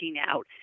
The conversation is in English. out